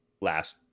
last